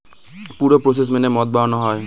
পুরো প্রসেস মেনে মদ বানানো হয়